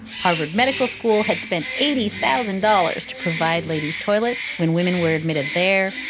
harvard medical school had spent eighty thousand dollars to provide ladies toilets when women were admitted there.